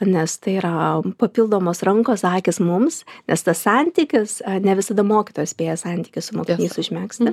nes tai yra papildomos rankos akys mums nes tas santykis ne visada mokytojas spėja santykius su mokiniais užmegzti